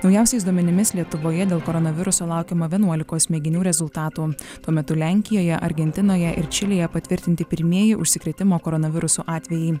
naujausiais duomenimis lietuvoje dėl koronaviruso laukiama vienuolikos mėginių rezultatų tuo metu lenkijoje argentinoje ir čilėje patvirtinti pirmieji užsikrėtimo koronavirusu atvejai